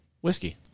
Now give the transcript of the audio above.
whiskey